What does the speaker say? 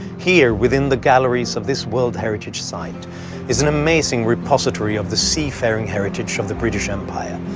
here within the galleries of this world heritage site is an amazing repository of the seafaring heritage of the british empire.